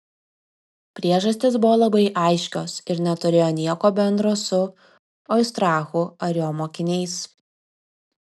priežastys buvo labai aiškios ir neturėjo nieko bendro su oistrachu ar jo mokiniais